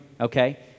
okay